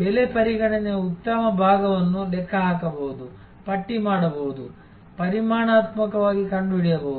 ಬೆಲೆ ಪರಿಗಣನೆಯ ಉತ್ತಮ ಭಾಗವನ್ನು ಲೆಕ್ಕಹಾಕಬಹುದು ಪಟ್ಟಿಮಾಡಬಹುದು ಪರಿಮಾಣಾತ್ಮಕವಾಗಿ ಕಂಡುಹಿಡಿಯಬಹುದು